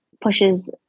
pushes